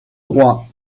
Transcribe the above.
droit